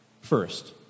First